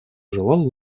желал